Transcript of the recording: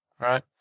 Right